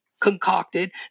concocted